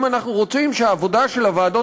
אם אנחנו רוצים שהעבודה של הוועדות